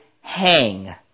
hang